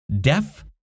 Deaf